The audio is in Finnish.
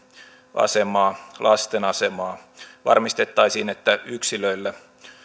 asemaa lasten asemaa varmistettaisiin että yksilöillä